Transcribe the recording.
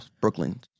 Brooklyn